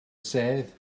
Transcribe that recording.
sedd